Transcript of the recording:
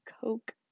coke